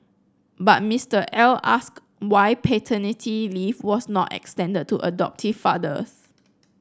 but Mister L asked why paternity leave was not extended to adoptive fathers